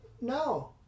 no